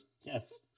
Yes